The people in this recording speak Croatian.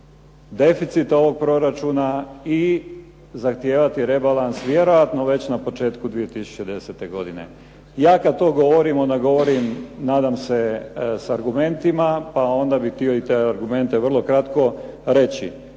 deficit ovog proračuna i zahtjeva rebalans vjerojatno već na početku 2010. godine. Ja kada to govorim, onda govorim nadam se sa argumentima, pa onda bih htio te argumente vrlo kratko reći.